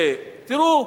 שתראו,